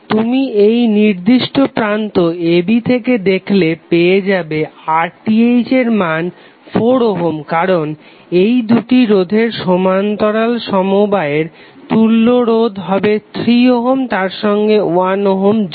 তুমি এই নির্দিষ্ট প্রান্ত a b থেকে দেখলে পেয়ে যাবে RTh এর মান 4 ওহম কারণ এই দুটি রোধের সমান্তরাল সমবায়ের তুল্য রোধ হবে 3 ওহম তারসঙ্গে 1 ওহম যোগ